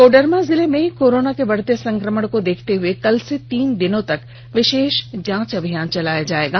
कोडरमा जिले में कोरोना के बढ़ते संक्रमण को देखते हुए कल से तीन दिनों तक विशेष जांच अभियान चलाया जायेगा